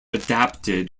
adapted